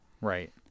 Right